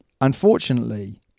Unfortunately